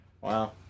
Wow